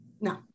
no